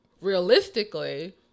realistically